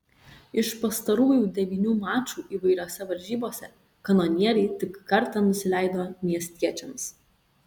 iš pastarųjų devynių mačų įvairiose varžybose kanonieriai tik kartą nusileido miestiečiams